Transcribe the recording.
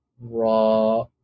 raw